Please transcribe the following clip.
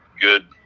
good